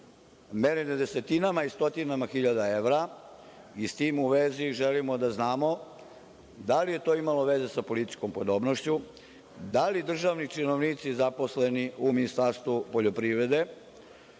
merene desetinama i stotinama hiljada evra. S tim u vezi, želimo da znamo – da li je to imalo veze sa političkom podobnošću? Da li državni činovnici zaposleni u Ministarstvu poljoprivrede